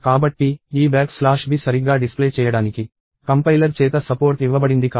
కాబట్టి ఈ back slash b సరిగ్గా డిస్ప్లే చేయడానికి కంపైలర్ చేత సపోర్ట్ ఇవ్వబడింది కాదు